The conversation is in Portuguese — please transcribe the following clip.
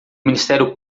ministério